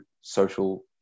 social